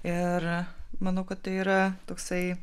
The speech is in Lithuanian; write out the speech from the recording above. ir manau kad tai yra toksai